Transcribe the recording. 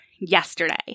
yesterday